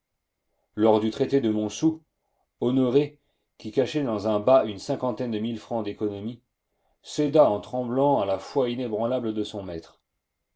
lors du traité de montsou honoré qui cachait dans un bas une cinquantaine de mille francs d'économies céda en tremblant à la foi inébranlable de son maître